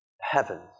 heavens